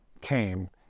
came